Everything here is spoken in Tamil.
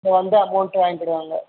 அங்கே வந்து அமௌண்ட்டு வாங்கிக்கிடுவாங்க